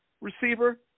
receiver